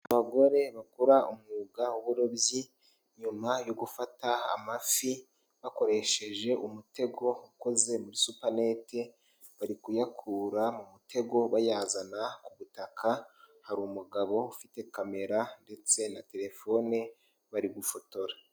Abagore bakora umwuga w'uburobyi, nyuma yo gufata amafi bakoresheje umutego uko muri supaneti, bari kuyakura mu mutego bayazana ku butaka, hari umugabo ufite kamera ndetse na telefone bari gufotora.